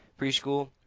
Preschool